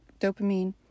Dopamine